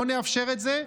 לא נאפשר את זה,